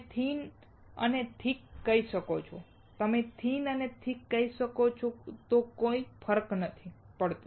તમે થીક અને થિન કહી શકો છો તમે થિન અને થીક કહી શકો છો કોઈ ફર્ક નથી પડતો